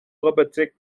robotique